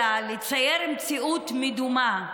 לצייר מציאות מדומה,